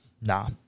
nah